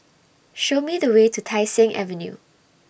Show Me The Way to Tai Seng Avenue